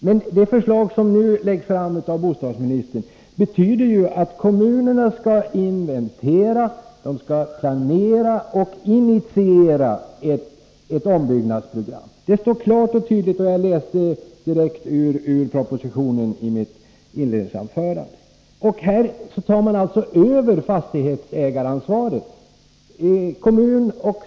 Men det förslag som nu läggs fram av bostadsministern betyder att kommunerna skall inventera behoven, planera och initiera ett ombyggnadsprogram. Det står klart och tydligt i propositionen. Jag läste direkt ur den i mitt inledningsanförande. Här tar alltså kommun och stat över fastighetsägaransvaret.